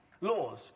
laws